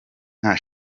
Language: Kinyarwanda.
nta